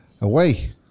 Away